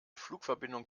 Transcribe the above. flugverbindung